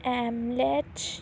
ਐਮਲੈਚ